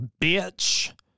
bitch